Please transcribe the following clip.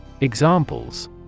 Examples